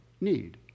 need